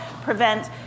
prevent